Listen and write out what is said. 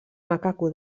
macaco